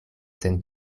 sen